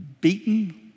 Beaten